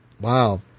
wow